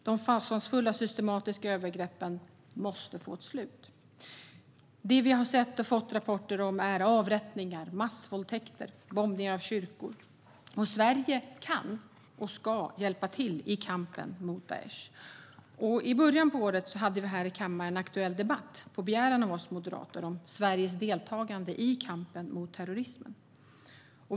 De fasansfulla och systematiska övergreppen måste få ett slut. Vi har fått rapporter om avrättningar, massvåldtäkter och bombning av kyrkor. Sverige kan och ska hjälpa till i kampen mot Daish. I början av året hade vi här i kammaren på begäran av oss moderater en aktuell debatt om Sveriges deltagande i kampen mot terrorism.